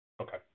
Okay